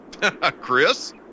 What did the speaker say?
Chris